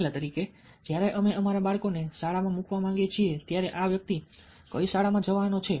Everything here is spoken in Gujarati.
દાખલા તરીકે જ્યારે અમે અમારા બાળકોને શાળામાં મૂકવા માંગીએ છીએ ત્યારે આ વ્યક્તિ કઈ શાળામાં જવાનો છે